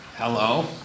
Hello